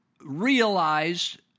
realized